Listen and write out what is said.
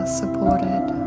supported